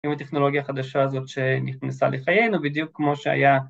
עם הטכנולוגיה החדשה הזאת שנכנסה לחיינו, בדיוק כמו שהיה...